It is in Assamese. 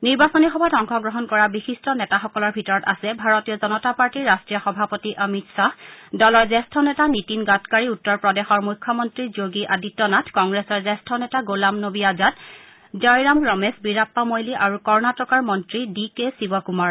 নিৰ্বাচনী সভাত অংশগ্ৰহণ কৰা বিশিষ্ট নেতাসকলৰ ভিতৰত আছে ভাৰতীয় জনতা পাৰ্টীৰ ৰাষ্ট্ৰীয় সভাপতি অমিত খাহ দলৰ জ্যেষ্ঠ নেতা নিতীন গাডকাৰী উত্তৰ প্ৰদেশৰ মুখ্যমন্ত্ৰী যোগী আদিত্যনাথ কংগ্ৰেছৰ জ্যেষ্ঠ নেতা গোলাম নবী আজাদ জয়ৰাম ৰমেশ বীৰাপ্পা মৈলী আৰু কৰ্ণটিকৰ মন্ত্ৰী ডি কে শিৰকুমাৰ